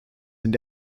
and